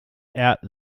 out